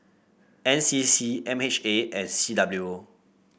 NCC MHA and CWO